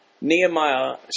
Nehemiah